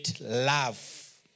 love